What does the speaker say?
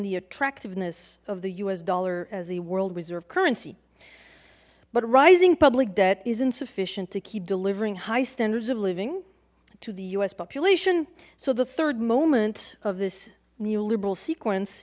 the attractiveness of the us dollar as a world reserve currency but rising public debt isn't sufficient to keep delivering high standards of living to the us population so the third moment of this neoliberal sequence